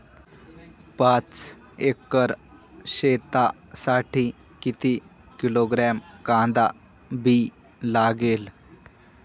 पाच एकर शेतासाठी किती किलोग्रॅम कांदा बी लागेल?